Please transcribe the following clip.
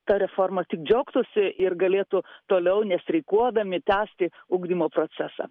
ta reforma tik džiaugtųsi ir galėtų toliau nestreikuodami tęsti ugdymo procesą